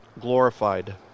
glorified